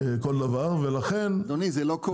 על כל דבר, ולכן --- אדוני, זה לא קורה.